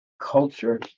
Culture